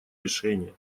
решения